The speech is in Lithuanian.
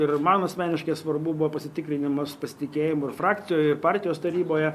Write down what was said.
ir man asmeniškai svarbu buvo pasitikrinimas pasitikėjimo ir frakcijoj partijos taryboje